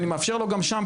אני מאפשר לו בחירה גם שם.